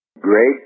Great